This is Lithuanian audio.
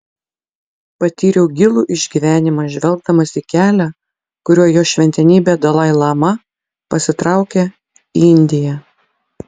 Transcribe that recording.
patyriau gilų išgyvenimą žvelgdamas į kelią kuriuo jo šventenybė dalai lama pasitraukė į indiją